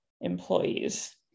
employees